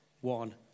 one